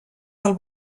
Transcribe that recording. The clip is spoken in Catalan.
del